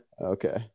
okay